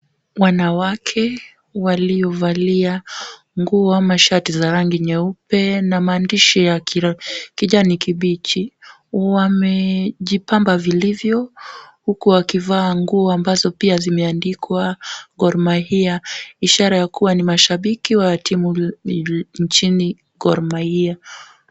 Wanawake waliovalia nguo ama shati za rangi nyeupe na maandishi ya kijani kibichi wamejipamba vilivyo huku wakivaa nguo ambazo pia zimeandikwa Gor Mahia ishara ya kuwa ni mashabiki wa timu nchini Gor Mahia.